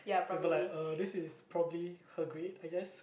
you'll be like uh this is probably her grade I guess